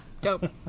dope